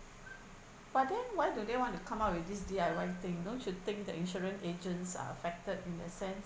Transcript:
but then why do they want to come up with this D_I_Y thing don't you think the insurance agents are affected in the sense